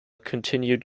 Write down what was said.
continued